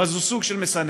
אבל זה סוג של מסננת,